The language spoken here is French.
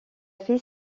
fait